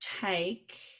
take